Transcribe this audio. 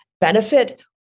benefit